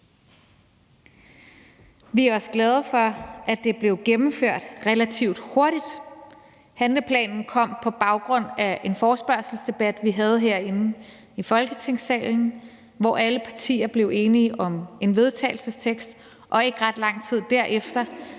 Vi var også glade for, at det blev gennemført relativt hurtigt. Handleplanen kom på baggrund af en forespørgselsdebat, vi havde herinde i Folketingssalen, hvor alle partier blev enige om en vedtagelsestekst, og ikke ret lang tid derefter